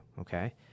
okay